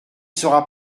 sera